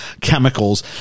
chemicals